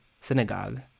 synagogue